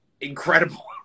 incredible